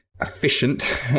efficient